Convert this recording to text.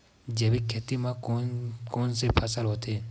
जैविक खेती म कोन कोन से फसल होथे?